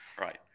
right